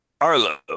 Arlo